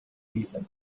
reason